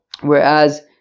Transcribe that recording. Whereas